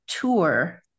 tour